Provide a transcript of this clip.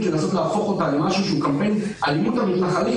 לנסות להפוך אותה לקמפיין אלימות המתנחלים,